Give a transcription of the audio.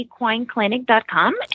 equineclinic.com